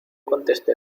contesté